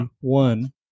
one